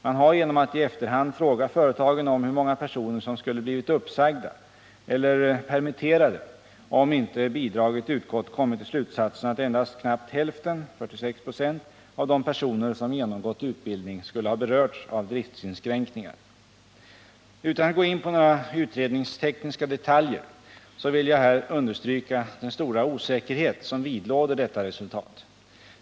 Man har genom att i efterhand fråga företagen om hur många personer som skulle blivit uppsagda eller permitterade om inte bidraget utgått kommit till slutsatsen att endast knappt hälften av de personer som genomgått utbildning skulle ha berörts av driftinskränkningar. Utan att gå in på några utredningstekniska detaljer vill jag här understryka den stora osäkerhet som vidlåder detta resultat.